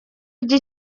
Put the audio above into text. ajya